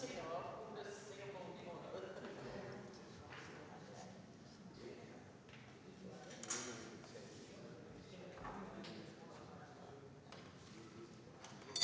Tak